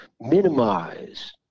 minimize